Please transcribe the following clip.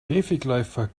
käfigläufer